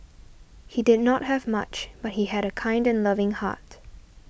he did not have much but he had a kind and loving heart